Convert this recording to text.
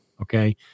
okay